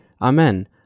Amen